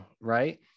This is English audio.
right